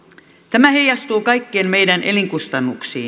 tämä heijastuu kaikkien meidän elinkustannuksiin